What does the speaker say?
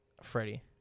Freddie